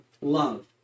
love